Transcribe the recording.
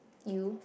you